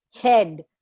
head